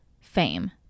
fame